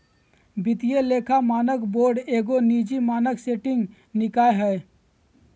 वित्तीय लेखा मानक बोर्ड एगो निजी मानक सेटिंग निकाय हइ